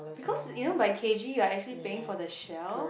because you know by k_g right actually paying for the shell